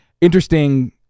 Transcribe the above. interesting